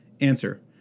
Answer